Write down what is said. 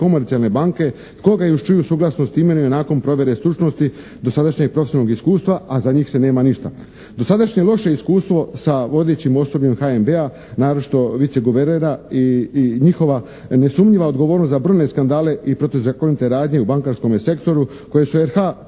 komercijalne banke, koga i uz čiju suglasnost imenuje nakon provjere stručnosti dosadašnjeg profesionalnog iskustva a za njih se nema ništa. Dosadašnje loše iskustvo sa vodećim osobljem HNB-a, naročito viceguvernera i njihova nesumnjiva odgovornost za brojne skandale i protuzakonite radnje u bankarskom sektoru koji su RH